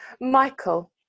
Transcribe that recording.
michael